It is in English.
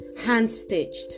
hand-stitched